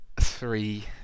three